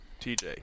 TJ